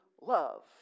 love